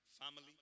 family